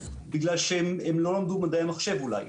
בגלל שהם לא למדו מדעי מחשב אולי.